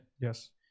Yes